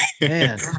Man